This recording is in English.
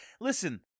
listen